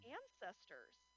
ancestors